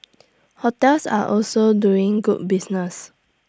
hotels are also doing good business